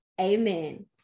Amen